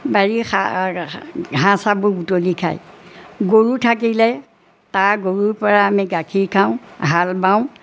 বাৰীৰ ঘাঁহ চাহবোৰ বুটলি খায় গৰু থাকিলে তাৰ গৰুৰপৰা আমি গাখীৰ খাওঁ হাল বাওঁ